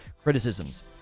Criticisms